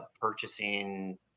purchasing